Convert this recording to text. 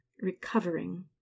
recovering